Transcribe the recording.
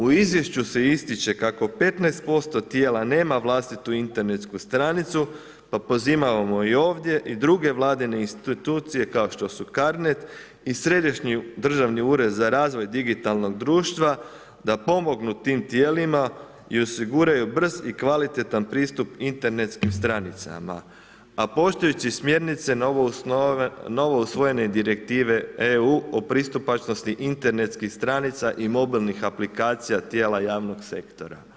U izvješću se ističe kako 15% tijela nema vlastitu internetsku stranicu pa pozivamo ovdje i druge vladine institucije kao što su Carnet i Središnji državni ured za razvoj digitalnog društva da pomognu tim tijelima i osiguraju brz i kvalitetan pristup internetskim stranicama, a poštujući smjernice novo usvojene direktive EU o pristupačnosti internetskih stranica i mobilnih aplikacija tijela javnog sektora.